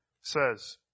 says